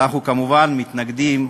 ואנחנו כמובן מתנגדים,